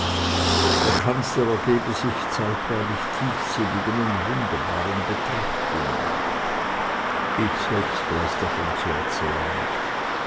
der kanzler ergebe sich zeitweilig tiefsinnigen und wunderbaren betrachtungen ich selbst weiß davon zu erzählen